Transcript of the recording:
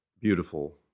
beautiful